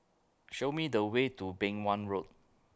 Show Me The Way to Beng Wan Road